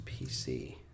PC